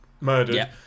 murdered